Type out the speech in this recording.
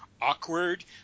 awkward